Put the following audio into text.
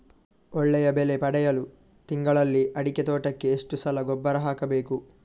ಒಳ್ಳೆಯ ಬೆಲೆ ಪಡೆಯಲು ತಿಂಗಳಲ್ಲಿ ಅಡಿಕೆ ತೋಟಕ್ಕೆ ಎಷ್ಟು ಸಲ ಗೊಬ್ಬರ ಹಾಕಬೇಕು?